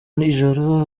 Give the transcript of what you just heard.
ijoro